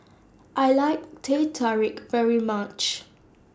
I like Teh Tarik very much